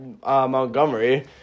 Montgomery